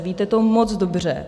Víte to moc dobře.